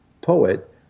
poet